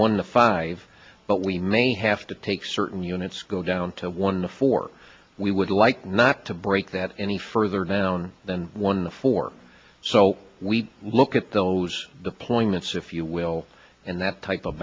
one of the five but we may have to take certain units go down to one to four we would like not to break that any further down than one four so we look at those points if you will and that type of